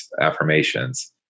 affirmations